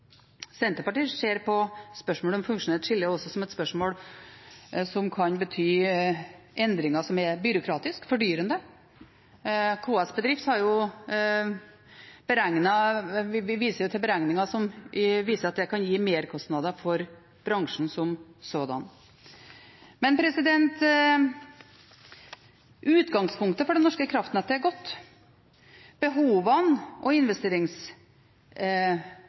Senterpartiet ser på spørsmålet om funksjonelt skille også som et spørsmål som kan bety endringer som er byråkratiske og fordyrende. KS Bedrift har beregninger som viser at det kan gi merkostnader for bransjen som sådan. Utgangspunktet for det norske kraftnettet er godt. Investeringsbehovene framover er store. Det foregår noen viktige og